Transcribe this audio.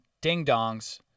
ding-dongs